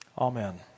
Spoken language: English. Amen